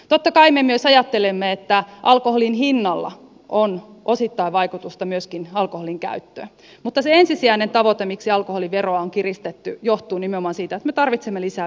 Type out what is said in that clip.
totta kai me myös ajattelemme että alkoholin hinnalla on osittain vaikutusta myöskin alkoholinkäyttöön mutta se ensisijainen tavoite miksi alkoholiveroa on kiristetty johtuu nimenomaan siitä että me tarvitsemme lisää verotuloja